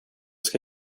ska